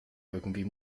irgendwie